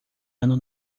ano